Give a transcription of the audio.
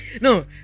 No